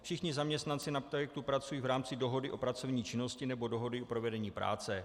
Všichni zaměstnanci na projektu pracují v rámci dohody o pracovní činnosti nebo dohody o provedení práce.